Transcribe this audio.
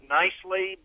nicely